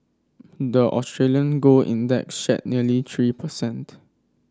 the Australian gold index shed nearly three percent